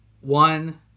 one